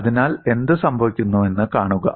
അതിനാൽ എന്ത് സംഭവിക്കുന്നുവെന്ന് കാണുക